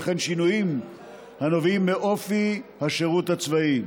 וכן שינויים הנובעים מאופי השירות הצבאי.